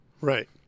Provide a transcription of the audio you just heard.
Right